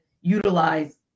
utilize